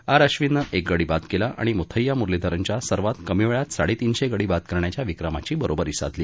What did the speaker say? R आक्षिननं एक गडी बाद केला आणि मुथय्या मुरलीधरनच्या सर्वात कमी वेळात साडेतीनशे गडी बाद करण्याच्या विक्रमाची बरोबरी साधली